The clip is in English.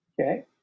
Okay